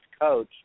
coach